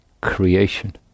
creation